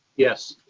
yes.